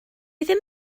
ddim